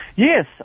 Yes